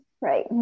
Right